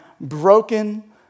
broken